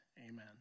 Amen